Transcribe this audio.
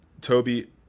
Toby